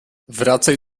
wracaj